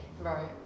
Right